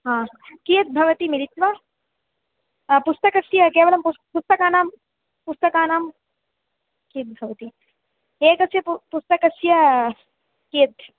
हा कियद् भवति मिलित्वा पुस्तकस्य केवलं पुस् पुस्तकानां पुस्तकानां कियद् भवति एकस्य पु पुस्तकस्य कियत्